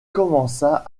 commença